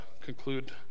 conclude